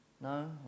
No